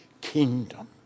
kingdom